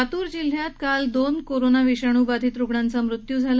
लातूर जिल्ह्यात काल दोन कोरोना विषाणू बाधित रुग्णांचा मृत्यू झाला